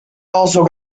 also